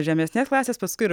žemesnės klasės paskui ir